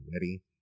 ready